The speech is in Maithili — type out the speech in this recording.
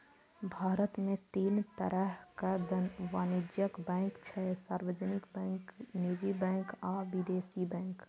भारत मे तीन तरहक वाणिज्यिक बैंक छै, सार्वजनिक बैंक, निजी बैंक आ विदेशी बैंक